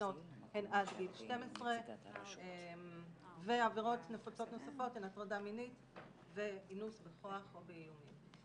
גיל 12. ועבירות נפוצות נוספות הן הטרדה מינית ואינוס בכוח או באיומים.